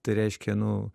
tai reiškia nu